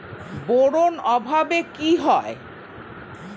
Boron অভাবে কি হয়?